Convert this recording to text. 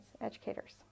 educators